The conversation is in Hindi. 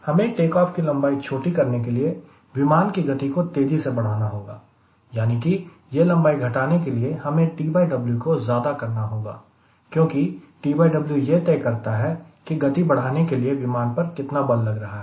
हमें टेकऑफ की लंबाई छोटी करने के लिए विमान की गति को तेजी से बढ़ाना होगा यानी कि यह लंबाई घटाने के लिए हमें TW को ज्यादा करना होगा क्योंकि TW यह तय करता है की गति बढ़ाने के लिए विमान पर कितना बल लग रहा है